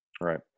Right